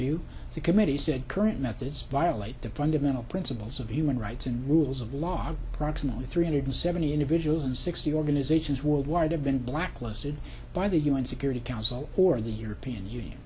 view the committee said current methods violate the fundamental principles of human rights and rules of law proximately three hundred seventy individuals and sixty organizations worldwide have been blacklisted by the un security council or the european union